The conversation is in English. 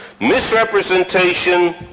Misrepresentation